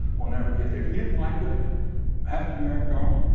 we'll never get there if you didn't like what happened to merrick garland,